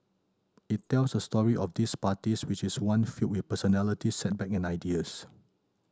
it tells the story of these parties which is one filled with personalities setback and ideals